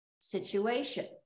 situation